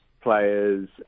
players